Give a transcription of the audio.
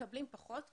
מקבלים פחות.